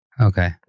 Okay